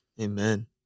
Amen